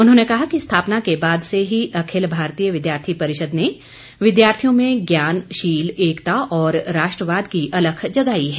उन्होंने कहा कि स्थापना के बाद से ही अखिल भारतीय विद्यार्थी परिषद ने विद्यार्थियों में ज्ञान शील एकता और राष्ट्रवाद की अलख जगाई है